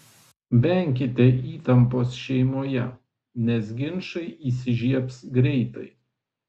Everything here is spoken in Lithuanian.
venkite įtampos šeimoje nes ginčai įsižiebs greitai